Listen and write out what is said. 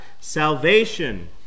Salvation